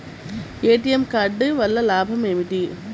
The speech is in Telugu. ఏ.టీ.ఎం కార్డు వల్ల లాభం ఏమిటి?